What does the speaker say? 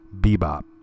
bebop